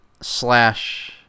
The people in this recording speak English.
Slash